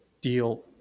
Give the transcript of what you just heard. deal